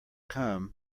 come